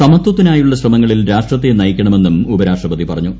സമത്വത്തിനായുള്ളി ശ്രമ്ങ്ങളിൽ രാഷ്ട്രത്തെ നയിക്കണമെന്നും ഉപരാഷ്ട്രപതി പ്രമഞ്ഞു